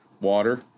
water